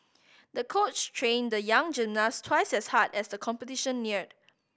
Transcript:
the coach trained the young gymnast twice as hard as the competition neared